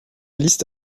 liste